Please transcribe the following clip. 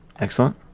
excellent